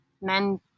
men